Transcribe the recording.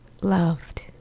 loved